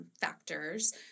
factors